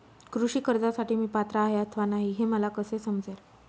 कृषी कर्जासाठी मी पात्र आहे अथवा नाही, हे मला कसे समजेल?